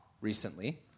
recently